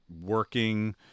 working